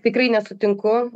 tikrai nesutinku